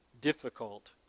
difficult